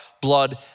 blood